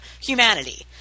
humanity